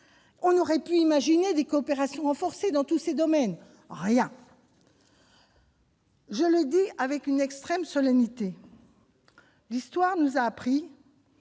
On aurait pu imaginer des coopérations renforcées dans tous ces domaines : il n'en est rien ! Je le dis avec une extrême solennité, l'histoire nous a appris